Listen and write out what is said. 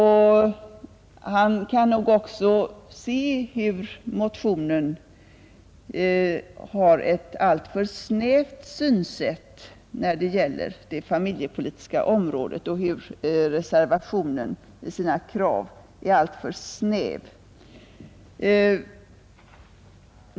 Han kan nog också se hur motionen har ett alltför snävt synsätt när det gäller det familjepolitiska området och hur reservationen i sina krav är alltför snäv.